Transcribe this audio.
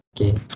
Okay